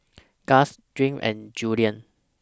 Guss Gwen and Julien